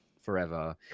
forever